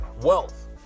wealth